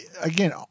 again